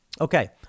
Okay